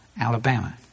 Alabama